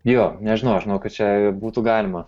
jo nežinau žinokit čia būtų galima